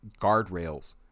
guardrails